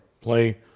play